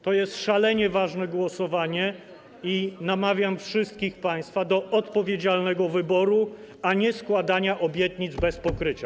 To jest szalenie ważne głosowanie i namawiam wszystkich państwa do odpowiedzialnego wyboru, a nie składania obietnic bez pokrycia.